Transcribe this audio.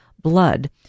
blood